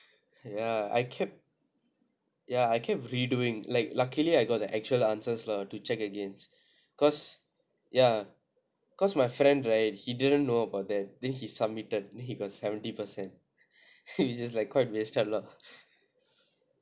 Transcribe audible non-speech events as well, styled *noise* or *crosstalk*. ya I kept ya I kept redoing like luckily I got the actual answers lah to check against cause ya cause my friend right he didn't know about that then he submitted then he got seventy per cent *laughs* which is like quite wasted lah